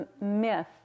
myth